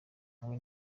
hamwe